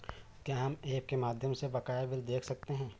क्या हम ऐप के माध्यम से बकाया बिल देख सकते हैं?